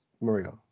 Maria